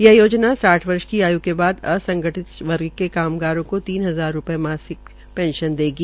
यह योजना साठ वर्ष की आय् के बाद असंगठित वग्र के कामगारों को तीन हजार रूपये मासिक पंशन देगी